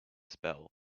spell